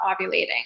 ovulating